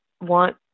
want